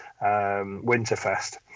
Winterfest